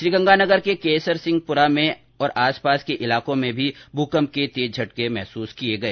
श्रीगंगानगर के केसरीसिंहपुर और आसपास के इलाको में भी भूकम्प के तेज झटके महसूस किए गए